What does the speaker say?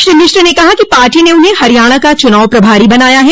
श्री मिश्र ने कहा कि पार्टी ने उन्हें हरियाणा का चुनाव प्रभारी बनाया है